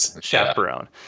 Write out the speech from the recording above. chaperone